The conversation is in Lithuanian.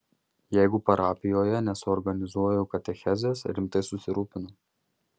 jeigu parapijoje nesuorganizuoju katechezės rimtai susirūpinu